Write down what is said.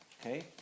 Okay